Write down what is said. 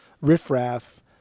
riffraff